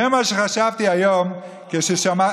זה היה שחשבתי היום כששמעתי,